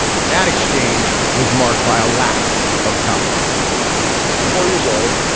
that exchange was marked by a lack of comity i'm sixty four years old.